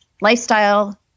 lifestyle